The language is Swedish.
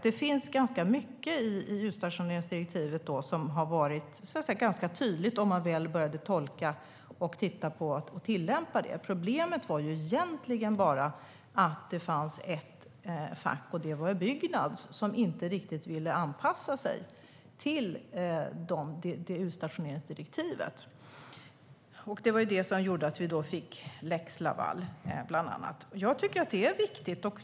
Det fanns ganska mycket i utstationeringsdirektivet som visade sig vara ganska tydligt när man väl började tolka och tillämpa det. Problemet var egentligen att det fanns ett fack som inte riktigt ville anpassa sig till utstationeringsdirektivet. Det var Byggnads, och det gjorde bland annat att vi fick lex Laval.